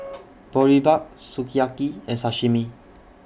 Boribap Sukiyaki and Sashimi